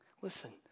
Listen